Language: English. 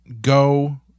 go